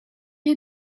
you